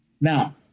Now